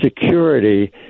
security